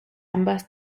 ambas